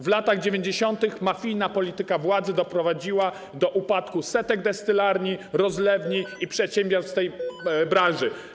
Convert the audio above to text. W latach 90. mafijna polityka władzy doprowadziła do upadku setek destylarni, rozlewni i przedsiębiorstw z tej branży.